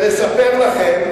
נכון.